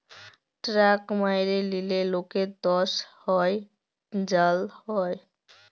tax ম্যাইরে লিলে লকের দস হ্যয় জ্যাল হ্যয়